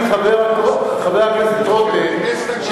חבר הכנסת רותם,